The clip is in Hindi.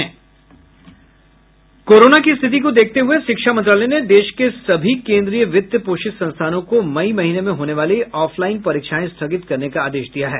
कोरोना की स्थिति को देखते हुए शिक्षा मंत्रालय ने देश के सभी केन्द्रीय वित्त पोषित संस्थानों को मई महीने में होने वाली ऑफलाईन परीक्षाएं स्थगित करने का आदेश दिया है